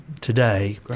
today